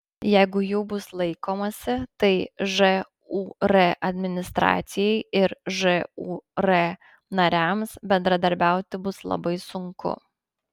jeigu jų bus laikomasi tai žūr administracijai ir žūr nariams bendradarbiauti bus labai sunku